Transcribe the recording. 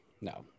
no